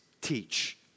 teach